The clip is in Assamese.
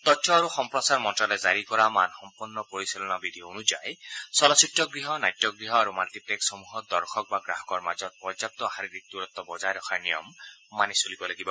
তথ্য আৰু সম্প্ৰচাৰ মন্ত্ৰালয়ে জাৰি কৰা মানসম্পন্ন পৰিচালনা বিধি অনুযায়ী চলচ্চিত্ৰ গৃহ নাট্যগৃহ আৰু মাল্টিপ্লেক্সসমূহত দৰ্শক বা গ্ৰাহকৰ মাজত পৰ্যাপ্ত শাৰীৰিক দূৰত্ব বজাই ৰখাৰ নিয়ম মানি চলিব লাগিব